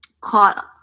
caught